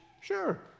Sure